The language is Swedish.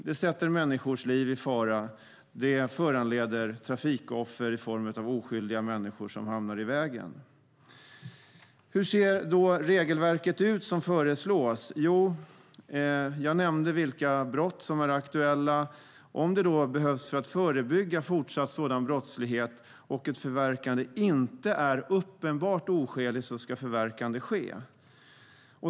Det sätter människors liv i fara, och det föranleder trafikoffer i form av oskyldiga människor som hamnar i vägen. Hur ser då regelverket ut som föreslås? Jag nämnde vilka brott som är aktuella. Om det behövs för att förebygga fortsatt sådan brottslighet och ett förverkande inte är uppenbart oskäligt ska ett förverkande ske.